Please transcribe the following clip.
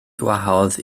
gwahodd